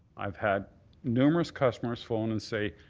i've had numerous customers phone and say,